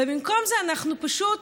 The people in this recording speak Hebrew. ובמקום זה אנחנו פשוט